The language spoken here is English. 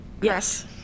Yes